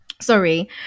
Sorry